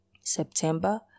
September